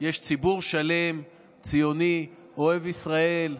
יש ציבור שלם ציוני, אוהב ישראל,